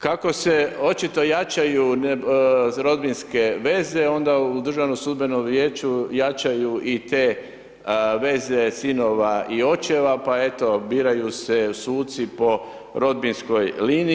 Kako se očito jačaju rodbinske veze onda u Državnom sudbenom vijeću jačaju i te veze sinova i očeva, pa eto, biraju se suci po rodbinskoj liniji.